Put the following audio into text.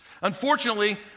unfortunately